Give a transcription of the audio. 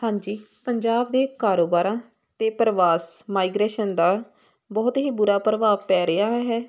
ਹਾਂਜੀ ਪੰਜਾਬ ਦੇ ਕਾਰੋਬਾਰਾਂ ਅਤੇ ਪ੍ਰਵਾਸ ਮਾਈਗ੍ਰੇਸ਼ਨ ਦਾ ਬਹੁਤ ਹੀ ਬੁਰਾ ਪ੍ਰਭਾਵ ਪੈ ਰਿਹਾ ਹੈ